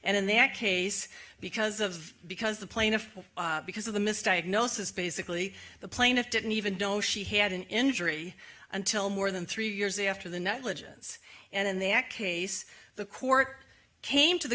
and in that case because of because the plaintiff because of the mistake no says basically the plaintiff didn't even know she had an injury until more than three years after the negligence and in the act case the court came to the